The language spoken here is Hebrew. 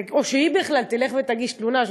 או שהיא תלך ותגיש תלונה,